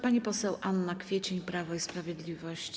Pani poseł Anna Kwiecień, Prawo i Sprawiedliwość.